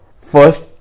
first